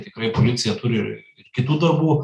tikrai policija turi kitų darbų